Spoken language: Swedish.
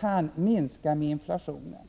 kan minska med inflationen.